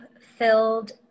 filled